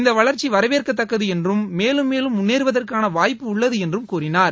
இந்த வளா்ச்சி வரவேற்கத்தக்கது என்றும் மேலும் மேலும் முன்னேறுவதற்கான வாய்ப்புள்ளது என்றும் கூறினார்